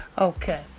Okay